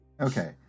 Okay